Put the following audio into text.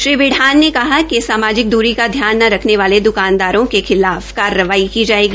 श्री बिढान ने कहा कि सामाजिक दूरी का ध्यान न रखने वाले दकानदारों के खिलाफ कार्रवाई की जायेगी